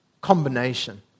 combination